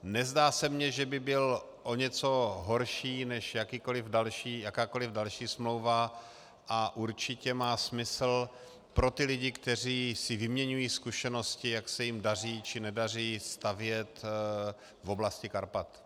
Nezdá se mně, že by byl o něco horší než jakákoliv další smlouva, a určitě má smysl pro ty lidi, kteří si vyměňují zkušenosti, jak se jim daří či nedaří stavět v oblasti Karpat.